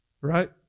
Right